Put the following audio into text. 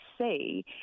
see